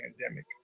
pandemic